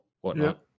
whatnot